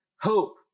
Hope